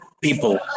people